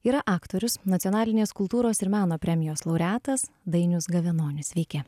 yra aktorius nacionalinės kultūros ir meno premijos laureatas dainius gavenonis sveiki